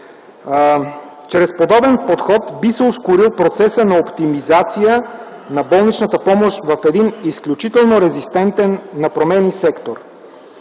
Чрез подобен подход би се ускорил процесът на оптимизация на болничната помощ в един изключително резистентен на промени сектор.